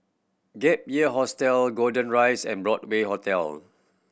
Gap Year Hostel Golden Rise and Broadway Hotel